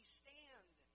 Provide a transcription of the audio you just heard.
stand